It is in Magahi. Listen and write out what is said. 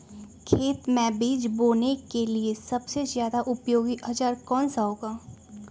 खेत मै बीज बोने के लिए सबसे ज्यादा उपयोगी औजार कौन सा होगा?